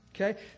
Okay